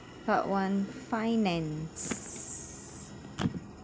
part one finance